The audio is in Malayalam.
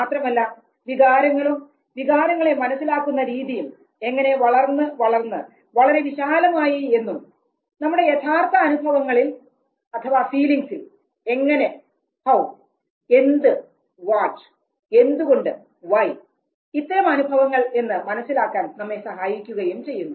മാത്രമല്ല വികാരങ്ങളും വികാരങ്ങളെ മനസ്സിലാക്കുന്ന രീതിയും എങ്ങനെ വളർന്ന് വളരെ വളരെ വിശാലമായി എന്ന് മലസ്സിലാക്കുന്നതിനും നമ്മുടെ യഥാർത്ഥ അനുഭവങ്ങളിൽ എങ്ങനെ എന്ത് എന്തുകൊണ്ട് ഇത്തരം അനുഭവങ്ങൾ എന്ന് മനസ്സിലാക്കുന്നതിനും നമ്മെ സഹായിക്കുന്നു